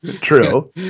True